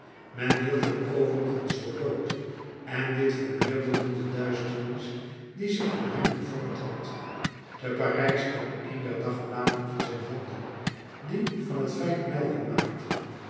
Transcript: men hield hem overigens voor dood en dit vermeerderde de duisternis die zich om hem gevormd had te parijs kwam een der dagbladen in zijn handen die van het feit melding maakten